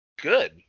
Good